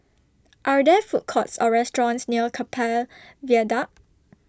Are There Food Courts Or restaurants near Keppel Viaduct